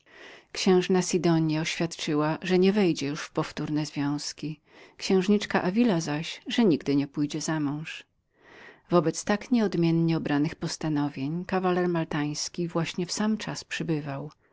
księżna sidonia oświadczyła że nie wejdzie już w powtórne związki księżniczka davila zaś że nigdy nie pójdzie za mąż do tak nieodmiennie obranych postanowień kawaler maltański właśnie w sam czas przybywał